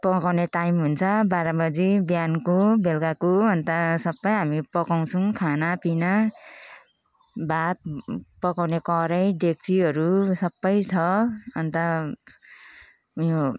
पकाउने टाइम हुन्छ बाह्र बजी बिहानको बेलुकाको अन्त सबै हामी पकाउँछौँ खानापिना भात पकाउने कराही डेक्चीहरू सबै छ अन्त उयो